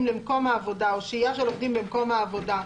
למקום או שהייה של עובדים במקום העבודה,